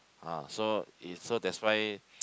ah so is so that's why